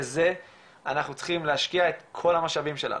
בזה אנחנו צריכים להשקיע את כל המשאבים שלנו.